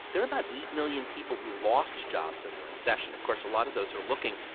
there are about eight million people who lost jobs in the recession. of course, a lot of those are looking.